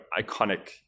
iconic